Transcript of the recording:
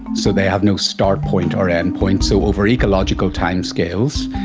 so they have no start-point or endpoint, so over ecological timescales,